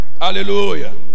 Hallelujah